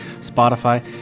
spotify